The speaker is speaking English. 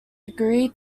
degree